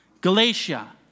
Galatia